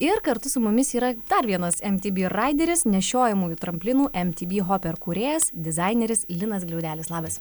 ir kartu su mumis yra dar vienas emtyby raideris nešiojamųjų tramplinų emtyby hoper kūrėjas dizaineris linas gliaudelis labas